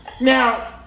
Now